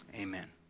amen